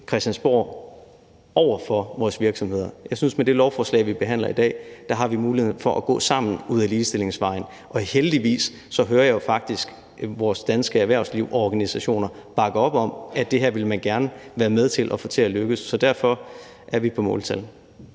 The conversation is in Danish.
til at stå over for hinanden. Jeg synes, at vi med det lovforslag, vi behandler i dag, har muligheden for at gå sammen ud ad ligestillingsvejen. Og heldigvis hører jeg jo faktisk vores danske erhvervsliv og organisationer bakke op om det – man vil gerne være med til at få det her til at lykkes. Så derfor går vi med måltal.